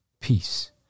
peace